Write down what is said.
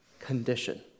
condition